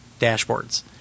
dashboards